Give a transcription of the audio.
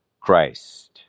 Christ